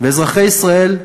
ואזרחי ישראל,